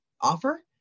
offer